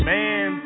Man